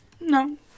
No